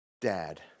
Dad